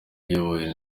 iyobowe